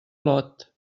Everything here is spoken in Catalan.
lot